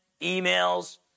emails